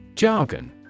Jargon